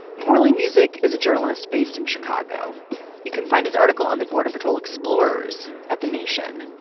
mallie music is a journalist based in chicago you can find his article on the border patrol explorers at the nation